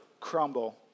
crumble